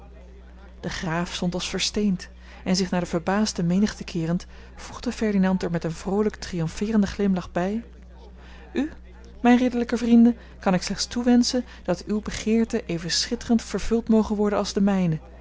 de graaf stond als versteend en zich naar de verbaasde menigte keerend voegde ferdinand er met een vroolijk triomfeerenden glimlach bij u mijn ridderlijke vrienden kan ik slechts toewenschen dat uw begeerten even schitterend vervuld mogen worden als de mijne